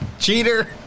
cheater